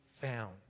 found